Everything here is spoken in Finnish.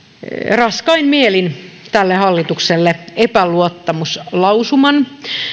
raskain mielin tälle hallitukselle epäluottamuslausuman